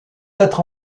être